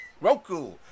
Roku